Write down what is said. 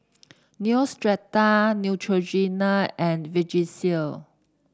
Neostrata Neutrogena and Vagisil